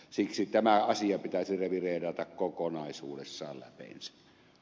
siksi tämä asia pitäisi revideerata kokonaisuudessaan läpeensä